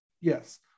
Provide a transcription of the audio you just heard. Yes